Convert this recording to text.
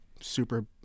super